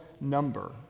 number